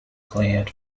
cleared